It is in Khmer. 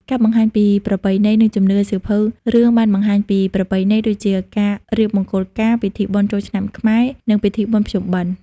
ការបង្ហាញពីប្រពៃណី និងជំនឿសៀវភៅរឿងបានបង្ហាញពី ប្រពៃណី ដូចជាការរៀបមង្គលការ ពិធីបុណ្យចូលឆ្នាំខ្មែរ និងពិធីបុណ្យភ្ជុំបិណ្ឌ។